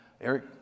Eric